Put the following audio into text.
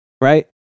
right